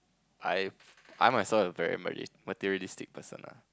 I I myself is a very mari~ materialistic person ah